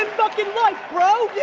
fucking life bro!